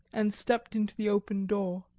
and stepped into the open door.